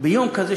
ביום כזה,